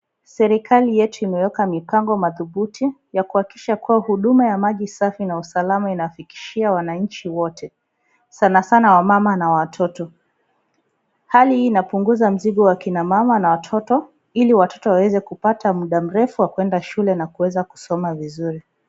Serikali yetu imeweka mipango madhubuti ya kuhakikisha huduma ya maji safi na usalama ina wafikishia wananchi wote, sana sana wamama na watoto hali hii inapunguza akina mama na watoto ili watoto waweze kupata muda mrefu wa kwenda shule na kusoma vizuri.